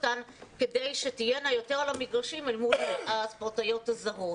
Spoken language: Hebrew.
אותן כדי שתהיינה יותר על המגרשים אל מול הספורטאיות הזרות.